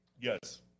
Yes